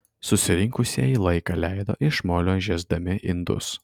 susirinkusieji laiką leido iš molio žiesdami indus